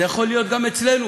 זה יכול להיות גם אצלנו,